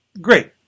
great